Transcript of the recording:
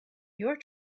your